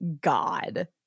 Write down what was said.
God